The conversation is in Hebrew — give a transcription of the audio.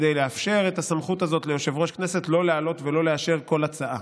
כדי לאפשר את הסמכות הזאת ליושב-ראש כנסת לא להעלות ולא לאשר כל הצעה.